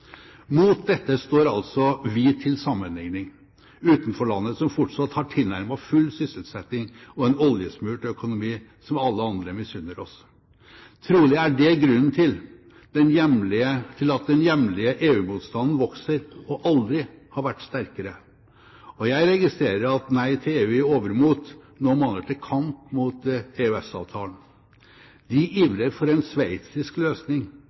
Mot dette står altså vi til sammenligning – utenforlandet, som fortsatt har tilnærmet full sysselsetting og en oljesmurt økonomi som alle andre misunner oss. Trolig er det grunnen til at den hjemlige EU-motstanden vokser og aldri har vært sterkere. Jeg registrerer at Nei til EU i overmot nå maner til kamp mot EØS-avtalen. De ivrer for en sveitsisk løsning,